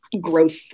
growth